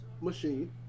machine